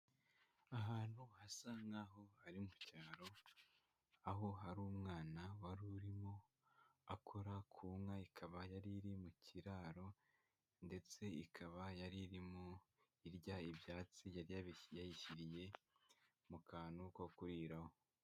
Ahantu hasa n'aho ari mu cyaro, aho hari umwana wari urimo akora ku nka, ikaba yari iri mu kiraro ndetse ikaba yari irimo irya ibyatsi yayishyiriye mu kantu ko kuriraho.